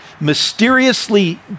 mysteriously